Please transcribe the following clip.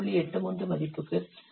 83 மதிப்புக்கு அதிகமாக உள்ளது